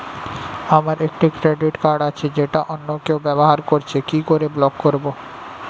আমার একটি credit card আছে যেটা অন্য কেউ ব্যবহার করছে কি করে ব্লক করবো?